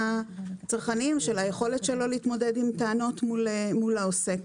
הצרכניים של היכולת שלו להתמודד עם טענות מול העוסק.